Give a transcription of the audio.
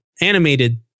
Animated